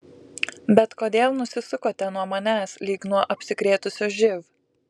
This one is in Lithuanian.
bet kodėl nusisukote nuo manęs lyg nuo apsikrėtusio živ